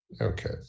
Okay